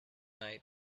night